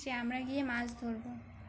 সে আমরা গিয়ে মাছ ধরবো